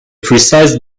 precise